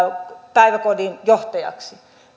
päiväkodin johtajaksi